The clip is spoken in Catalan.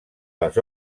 les